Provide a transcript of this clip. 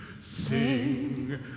sing